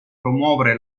promuovere